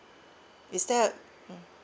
is there mm